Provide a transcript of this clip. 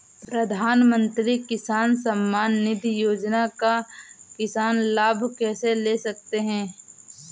प्रधानमंत्री किसान सम्मान निधि योजना का किसान लाभ कैसे ले सकते हैं?